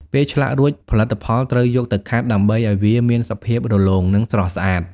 ពេលឆ្លាក់រួច ផលិតផលត្រូវយកទៅខាត់ ដើម្បីឱ្យវាមានសភាពរលោង និងស្រស់ស្អាត។